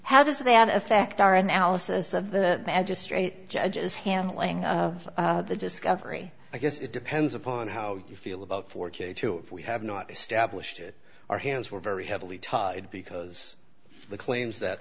how does that affect our analysis of the magistrate judges handling of the discovery i guess it depends upon how you feel about forty two if we have not established that our hands were very heavily tied because the claims that